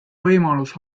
võimalus